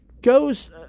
goes